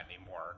anymore